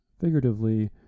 figuratively